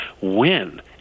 win